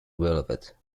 velvet